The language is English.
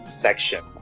section